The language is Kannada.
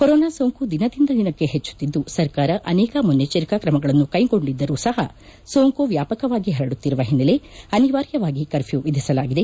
ಕೊರೋನಾ ಸೋಂಕು ದಿನದಿಂದ ದಿನಕ್ಕೆ ಹೆಚ್ಚುತ್ತಿದ್ದು ಸರ್ಕಾರ ಅನೇಕ ಮನ್ನೆಚ್ಚರಿಕಾ ಕ್ರಮಗಳನ್ನು ಕ್ಲೆಗೊಂಡಿದ್ದರೂ ಸಪ ಸೋಂಕು ವ್ಯಾಪಕವಾಗಿ ಪರಡುತ್ತಿರುವ ಹಿನ್ನೆಲೆ ಅನಿವಾರ್ಯವಾಗಿ ಕರ್ಫ್ನೂ ವಿಧಿಸಲಾಗಿದೆ